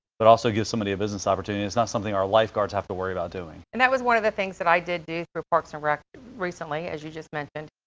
but also gives somebody a business opportunity. it's not something our lifeguards have to worry doing. and that was one of the things that i did do for parks and rec recently, as you just mentioned.